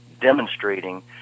demonstrating